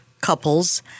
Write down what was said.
couples